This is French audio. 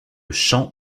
champ